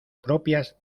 propias